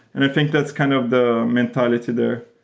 and i think that's kind of the mentality there,